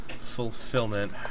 Fulfillment